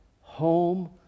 home